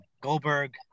Goldberg